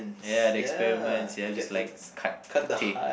ya the experiment ya just likes cut pota~